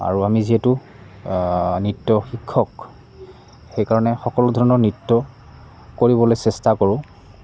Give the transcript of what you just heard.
আৰু আমি যিহেতু নৃত্যৰ শিক্ষক সেইকাৰণে সকলো ধৰণৰ নৃত্য কৰিবলৈ চেষ্টা কৰোঁ